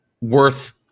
worth